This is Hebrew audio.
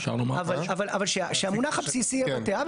אבל שהמונח הבסיסי יהיה בתי אב.